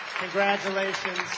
Congratulations